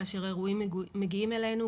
כאשר אירועים מגיעים אלינו,